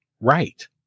right